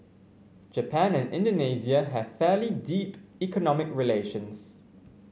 Japan and Indonesia have fairly deep economic relations